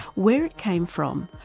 where it came from,